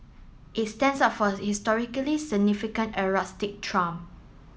it stands out for its historical significance and rustic charm